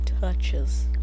touches